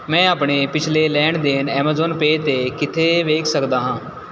ਮੈਂ ਆਪਣੇ ਪਿਛਲੇ ਲੈਣ ਦੇਣ ਐਮਾਜ਼ੋਨ ਪੇ 'ਤੇ ਕਿੱਥੇ ਵੇਖ ਸਕਦਾ ਹਾਂ